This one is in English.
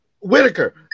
Whitaker